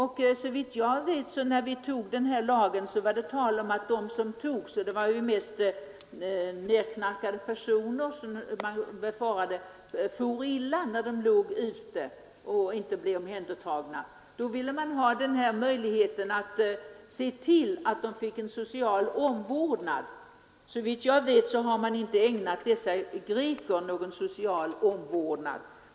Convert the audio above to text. Då vi antog den här lagen var det, såvitt jag vet, tal om att de som skulle komma att gripas mest var nerknarkade personer som man befarade for illa när de låg ute och inte blev omhändertagna. Därför ville man ha den här möjligheten att se till att de fick en social omvårdnad. Såvitt jag vet har man inte ägnat dessa greker någon social omvårdnad.